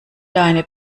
deine